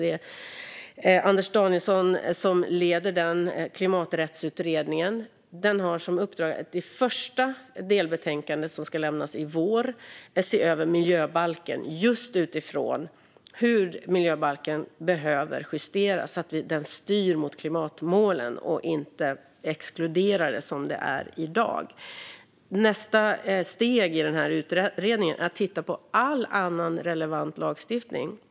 Det är Anders Danielsson som leder Klimaträttsutredningen. Den har som uppdrag att i det första delbetänkandet, som ska lämnas i vår, se över just hur miljöbalken behöver justeras så att den styr mot klimatmålen och inte som i dag exkluderar dem. Nästa steg i utredningen är att titta på all annan relevant lagstiftning.